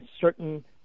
certain